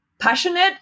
passionate